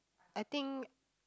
I think